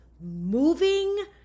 moving